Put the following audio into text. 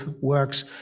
works